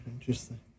interesting